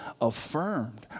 affirmed